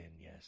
yes